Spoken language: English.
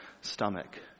stomach